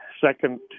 second